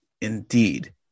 indeed